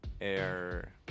air